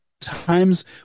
times